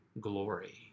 glory